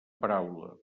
paraula